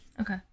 okay